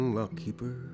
lockkeeper